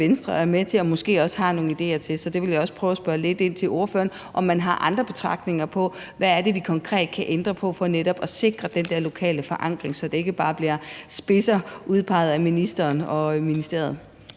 Venstre er med på og måske også har nogle idéer til, og det vil jeg prøve at spørge ordføreren lidt ind til, altså om man har andre betragtninger om, hvad det er, vi konkret kan ændre på for netop at sikre den der lokale forankring, så det ikke bare bliver spidser udpeget af ministeren og ministeriet.